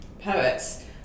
poets